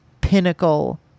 pinnacle